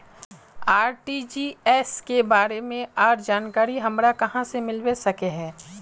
RTGS के बारे में आर जानकारी हमरा कहाँ से मिलबे सके है?